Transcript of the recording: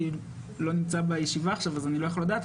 אני לא נמצא בישיבה עכשיו אז אני לא יכול לדעת,